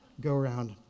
go-around